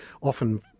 often